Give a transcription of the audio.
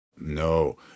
No